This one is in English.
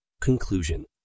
Conclusion